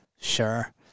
Sure